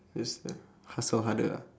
just uh hustle harder ah